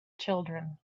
children